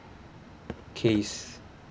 case